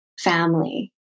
family